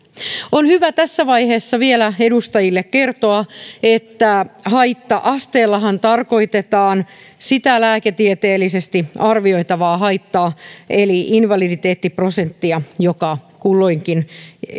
on hyvä tässä vaiheessa vielä edustajille kertoa että haitta asteellahan tarkoitetaan sitä lääketieteellisesti arvioitavaa haittaa eli invaliditeettiprosenttia joka kulloinkin